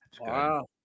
Wow